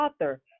author